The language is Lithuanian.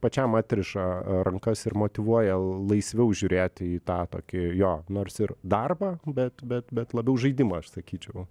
pačiam atriša rankas ir motyvuoja laisviau žiūrėti į tą tokį jo nors ir darbą bet bet bet labiau žaidimą aš sakyčiau